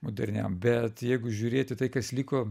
moderniam bet jeigu žiūrėt į tai kas liko